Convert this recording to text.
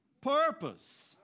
purpose